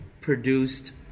produced